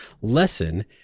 lesson